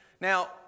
Now